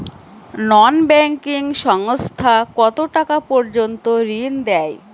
নন banking সংস্থা কতটাকা পর্যন্ত ঋণ দেয়?